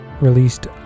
released